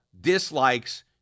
dislikes